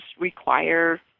require